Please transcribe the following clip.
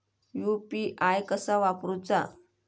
UPI कसा वापरूचा?